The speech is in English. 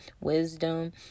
wisdom